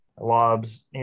lobs